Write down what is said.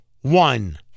one